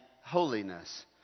holiness